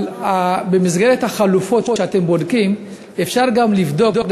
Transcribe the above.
אבל במסגרת החלופות שאתם בודקים אפשר גם לבדוק,